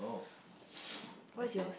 oh I see